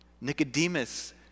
Nicodemus